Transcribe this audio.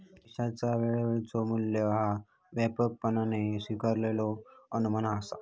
पैशाचा वेळेचो मू्ल्य ह्या व्यापकपणान स्वीकारलेलो अनुमान असा